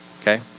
Okay